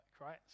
right